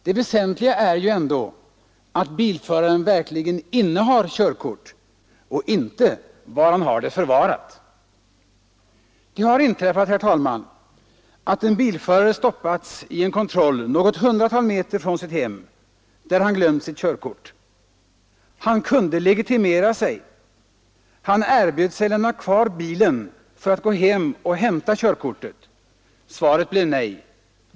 Det väsentliga är ju ändå att bilföraren verkligen innehar körkort, inte var han har det förvarat. Det har inträffat, herr talman, att en bilförare stoppats i en kontroll något hundratal meter från sitt hem, där han glömt sitt körkort. Han kunde legitimera sig. Han erbjöd sig lämna kvar bilen för att gå hem och hämta körkortet. Svaret blev nej.